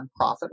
nonprofit